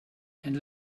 and